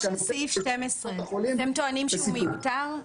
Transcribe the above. לגופו של סעיף 12, אתם טוענים שהוא מיותר?